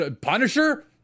Punisher